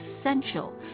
essential